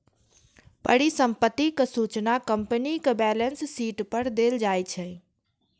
परिसंपत्तिक सूचना कंपनीक बैलेंस शीट पर देल जाइ छै